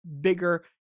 bigger